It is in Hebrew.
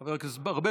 חבר הכנסת ארבל,